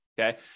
okay